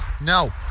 No